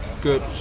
good